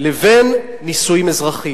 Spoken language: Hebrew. או בנישואים אזרחיים,